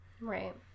right